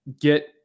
get